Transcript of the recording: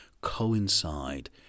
coincide